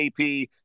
AP